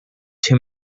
too